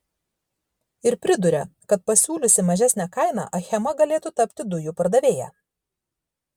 ir priduria kad pasiūliusi mažesnę kainą achema galėtų tapti dujų pardavėja